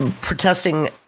protesting